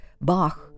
bach